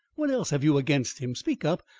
what else have you against him? speak up!